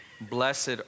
Blessed